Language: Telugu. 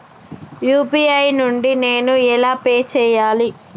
యూ.పీ.ఐ నుండి నేను ఎలా పే చెయ్యాలి?